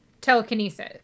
telekinesis